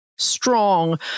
strong